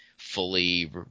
fully